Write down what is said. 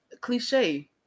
Cliche